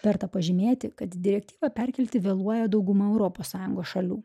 verta pažymėti kad direktyvą perkelti vėluoja dauguma europos sąjungos šalių